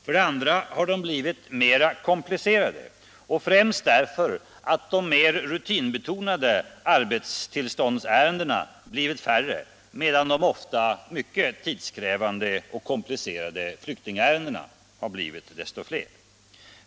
För det andra har ärendena blivit mera komplicerade, främst därför att de mer rutinbetonade arbetstillståndsärendena blivit färre, medan de ofta mycket tidskrävande och komplicerade flyktingärendena har blivit desto fler.